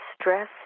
stress